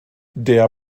der